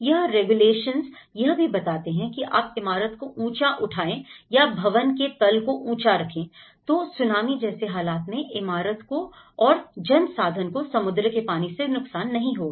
यह रेगुलेशन यह भी बताते हैं कि यदि आप इमारत को ऊंचा उठाएंगे या भवन के तल को ऊंचा रखेंगे तो सुनामी जैसे हालात में इमारत को और जन साधन को समुद्र के पानी से नुकसान नहीं होगा